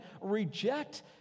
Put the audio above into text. reject